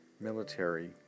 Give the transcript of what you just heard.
Military